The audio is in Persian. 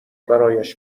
برایش